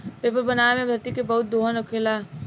paper बनावे मे धरती के बहुत दोहन होखेला